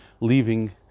leaving